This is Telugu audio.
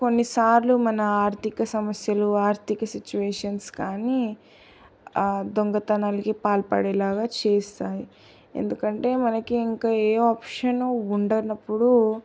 కొన్నిసార్లు మన ఆర్థిక సమస్యలు ఆర్థిక సిచువేషన్స్ కానీ దొంగతనానికి పాల్పడేలా చేస్తాయి ఎందుకంటే మనకి ఇంకా ఏ ఆప్షన్ ఉండనప్పుడు